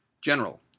General